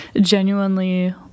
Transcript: genuinely